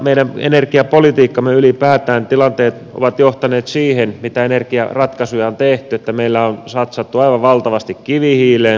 meidän energiapolitiikassamme tilanteet ovat johtaneet siihen kun energiaratkaisuja on tehty että meillä on satsattu aivan valtavasti kivihiileen